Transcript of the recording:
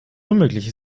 unmöglich